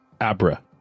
Abra